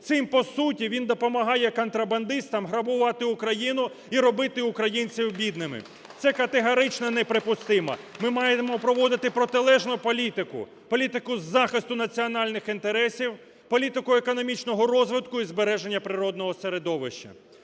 Цим по суті він допомагає контрабандистам грабувати Україну і робити українців бідними. Це категорично неприпустимо. Ми маємо проводити протилежну політику, політику захисту національних інтересів, політику економічного розвитку і збереження природного середовища.